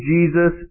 Jesus